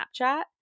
Snapchat